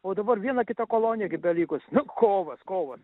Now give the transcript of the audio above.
o dabar viena kita kolonija gi belikus nu kovas kovas